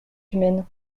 humaine